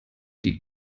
die